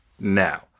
now